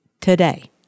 today